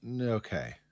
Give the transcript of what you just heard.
okay